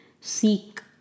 seek